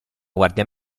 guardia